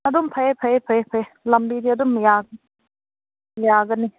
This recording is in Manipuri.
ꯑꯗꯨꯝ ꯐꯩꯌꯦ ꯐꯩꯌꯦ ꯐꯩꯌꯦ ꯐꯩꯌꯦ ꯂꯝꯕꯤꯗꯤ ꯑꯗꯨꯝ ꯌꯥꯒꯅꯤ ꯌꯥꯒꯅꯤ